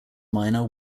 minor